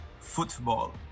football